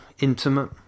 intimate